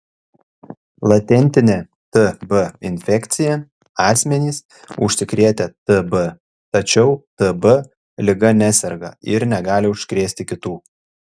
latentinė tb infekcija asmenys užsikrėtę tb tačiau tb liga neserga ir negali užkrėsti kitų